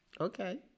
Okay